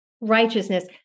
righteousness